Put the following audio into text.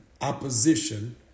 opposition